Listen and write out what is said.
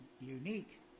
unique